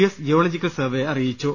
S geological survey അറിയിച്ചു